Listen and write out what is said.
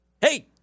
hey